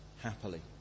happily